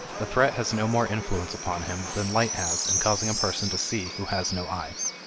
the threat has no more influence upon him than light has in causing a person to see who has no eyes.